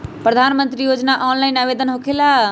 प्रधानमंत्री योजना ऑनलाइन आवेदन होकेला?